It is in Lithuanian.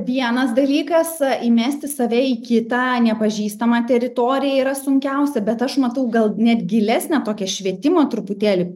vienas dalykas įmesti save į kitą nepažįstamą teritoriją yra sunkiausia bet aš matau gal net gilesnę tokią šventimo truputėlį